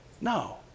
No